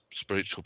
spiritual